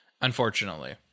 Unfortunately